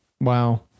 Wow